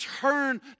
turn